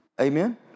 Amen